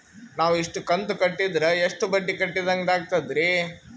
ನಾವು ಇಷ್ಟು ಕಂತು ಕಟ್ಟೀದ್ರ ಎಷ್ಟು ಬಡ್ಡೀ ಕಟ್ಟಿದಂಗಾಗ್ತದ್ರೀ?